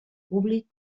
públic